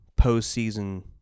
postseason